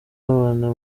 babana